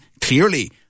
Clearly